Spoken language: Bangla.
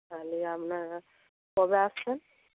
তাহলে আপনারা কবে আসছেন